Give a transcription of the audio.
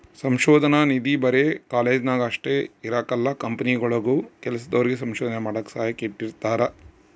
ಸಂಶೋಧನಾ ನಿಧಿ ಬರೆ ಕಾಲೇಜ್ನಾಗ ಅಷ್ಟೇ ಇರಕಲ್ಲ ಕಂಪನಿಗುಳಾಗೂ ಕೆಲ್ಸದೋರಿಗೆ ಸಂಶೋಧನೆ ಮಾಡಾಕ ಸಹಾಯಕ್ಕ ಇಟ್ಟಿರ್ತಾರ